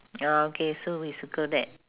ya okay so we circle that